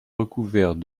recouvert